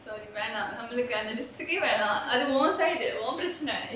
வேணாம் நம்மளுக்கு அது உன் பிரச்னை:venaam nammaluku athu un prachanai